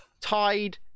tied